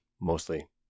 mostly